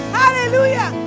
hallelujah